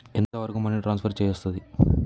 ఎంత వరకు money transfer చేయస్తది?